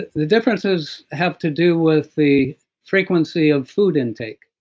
the differences have to do with the frequency of food intake.